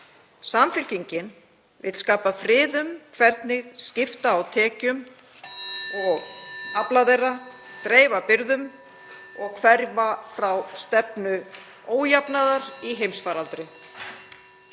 Samfylkingin vill skapa frið um hvernig skipta á tekjum og afla þeirra, dreifa byrðum og hverfa frá stefnu ójafnaðar í heimsfaraldri.